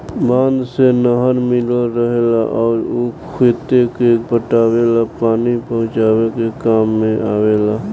बांध से नहर मिलल रहेला अउर उ खेते के पटावे ला पानी पहुचावे के काम में आवेला